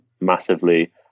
massively